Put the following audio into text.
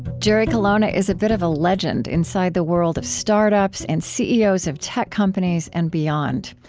jerry colonna is a bit of a legend inside the world of start-ups and ceos of tech companies and beyond.